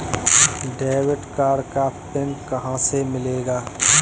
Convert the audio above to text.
Debit card का PIN कहां से मिलेगा?